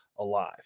alive